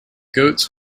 goats